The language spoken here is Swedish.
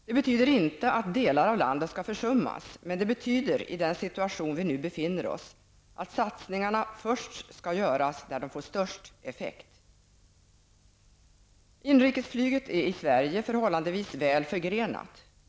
Det betyder inte att delar av landet skall försummas, men i den situation vi nu befinner oss i skall satsningarna först göras där de får störst effekt. Inrikesflyget i Sverige är förhållandevis väl förgrenat.